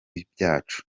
byacu